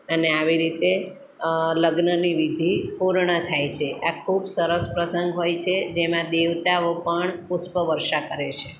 અને આવી રીતે લગ્નની વિધિ પૂર્ણ થાય છે આ ખૂબ સરસ પ્રસંગ હોય છે જેમાં દેવતાઓ પણ પુષ્પવર્ષા કરે છે